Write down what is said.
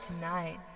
tonight